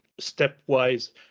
stepwise